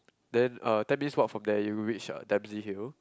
then uh ten minutes walk from there you'll reach uh Dempsey-Hill